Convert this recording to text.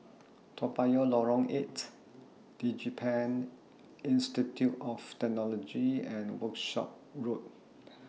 Toa Payoh Lorong eight Digipen Institute of Technology and Workshop Road